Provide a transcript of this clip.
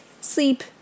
sleep